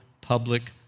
public